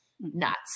nuts